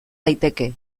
daiteke